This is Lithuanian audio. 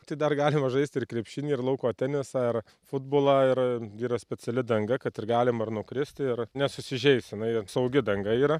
tai dar galima žaisti ir krepšinį ir lauko tenisą ir futbolą ir yra speciali danga kad ir galima nukristi ir nesusižeis jinai saugi danga yra